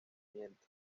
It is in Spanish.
miente